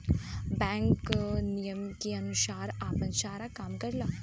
bank नियम के अनुसार आपन सारा काम करला